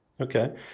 Okay